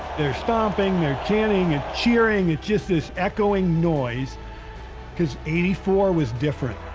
they're stomping, they're chanting and cheering. it's just this echoing noise because eighty four was different.